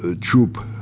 troop